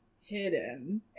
hidden